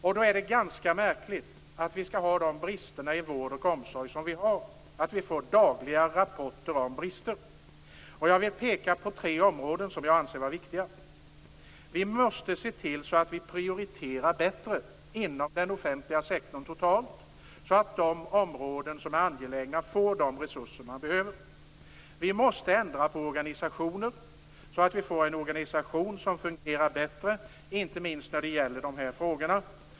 Det är då ganska märkligt att vi skall ha de brister i vård och omsorg som vi har och att vi får dagliga rapporter om brister. Jag vill peka på tre områden som jag anser vara viktiga. För det första måste vi se till att vi prioriterar bättre inom den offentliga sektorn totalt sett så att de områden som är angelägna får de resurser som de behöver. Vi måste för det andra ändra på organisationen så att vi får en organisation som fungerar bättre, inte minst när det gäller dessa frågor.